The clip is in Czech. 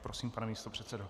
Prosím, pane místopředsedo.